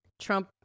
Trump